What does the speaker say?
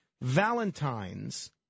Valentines